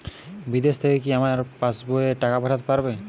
বিদেশ থেকে কি আমার পাশবইয়ে টাকা পাঠাতে পারবে?